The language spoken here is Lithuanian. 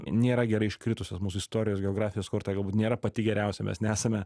nėra gerai iškritusios mūsų istorijos geografijos korta galbūt nėra pati geriausia mes nesame